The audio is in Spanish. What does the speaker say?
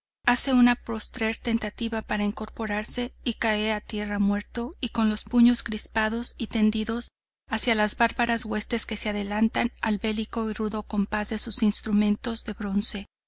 hace una postrer tentativa para incorporarse y cae a tierra muerto y con los puños crispados y tendidos hacia las bárbaras huestes que se adelantan al bélico y rudo compás de sus instrumentos de bronce